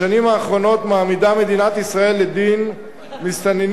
בשנים האחרונות מעמידה מדינת ישראל לדין מסתננים